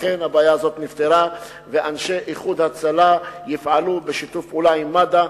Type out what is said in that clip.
אכן הבעיה הזאת נפתרה ואנשי "איחוד הצלה" יפעלו בשיתוף פעולה עם מד"א,